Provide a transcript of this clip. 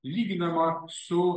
lyginama su